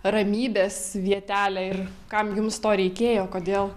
ramybės vietelę ir kam jums to reikėjo kodėl